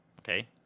Okay